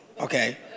Okay